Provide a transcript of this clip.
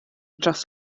dros